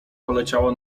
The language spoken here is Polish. poleciała